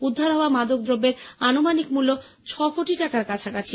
উদ্ধার হওয়া মাদক দ্রব্যের আনুমানিক মূল্য ডকোটি টাকার কাছাকাছি